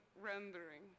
rendering